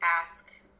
ask